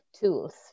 tools